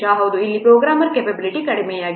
ಹೌದು ಇಲ್ಲಿ programmer capability ಕಡಿಮೆಯಾಗಿದೆ